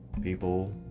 People